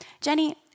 Jenny